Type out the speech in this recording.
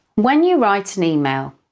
when you write an email,